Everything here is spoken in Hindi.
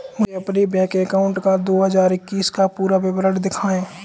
मुझे अपने बैंक अकाउंट का दो हज़ार इक्कीस का पूरा विवरण दिखाएँ?